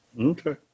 Okay